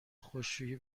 خشکشویی